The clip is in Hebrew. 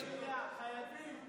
חייבים.